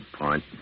point